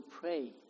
pray